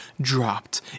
dropped